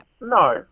No